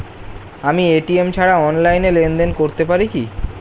আমি এ.টি.এম ছাড়া অনলাইনে লেনদেন করতে পারি কি?